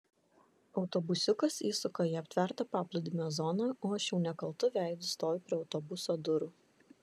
autobusiukas įsuka į aptvertą paplūdimio zoną o aš jau nekaltu veidu stoviu prie autobuso durų